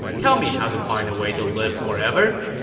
tell me how to find a way to live forever,